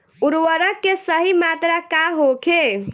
उर्वरक के सही मात्रा का होखे?